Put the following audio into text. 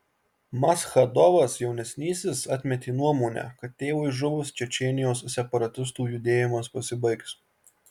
maschadovas jaunesnysis atmetė nuomonę kad tėvui žuvus čečėnijos separatistų judėjimas pasibaigs